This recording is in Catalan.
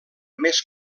més